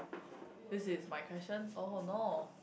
this is my question oh no